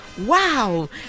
Wow